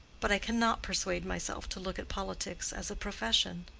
but i cannot persuade myself to look at politics as a profession.